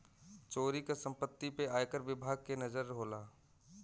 चोरी क सम्पति पे आयकर विभाग के नजर होला